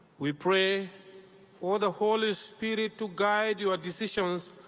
we pray for the holy spirit to guide your decisions,